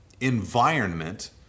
environment